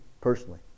personally